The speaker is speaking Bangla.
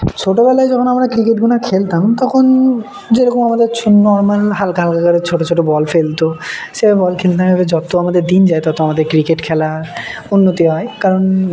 ছোটবেলায় যখন আমরা ক্রিকেটগুলো খেলতাম তখন যেরকম আমাদের নর্মাল হালকা হালকা করে ছোট ছোট বল ফেলত সেভাবে বল খেলতাম এভাবে যত আমাদের দিন যায় তত আমাদের ক্রিকেট খেলার উন্নতি হয় কারণ